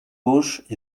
gauche